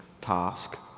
task